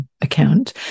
account